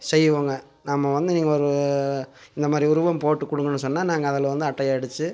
செய்வோங்க நம்ம வந்து இங்கே ஒரு இந்தமாதிரி உருவம் போட்டு கொடுங்கன்னு சொன்னால் நாங்கள் அதில் வந்து அட்டையடிச்சி